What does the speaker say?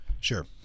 Sure